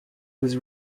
was